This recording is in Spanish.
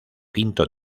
quinto